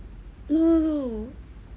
lulu